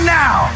now